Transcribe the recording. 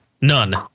None